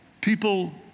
people